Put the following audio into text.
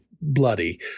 bloody